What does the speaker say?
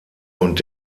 und